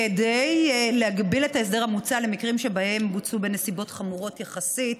כדי להגביל את ההסדר המוצע למקרים שבהם בוצעו בנסיבות חמורות יחסית,